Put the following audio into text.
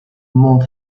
mount